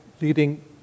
leading